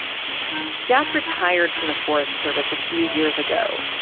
jack retired from the forest service a few years ago,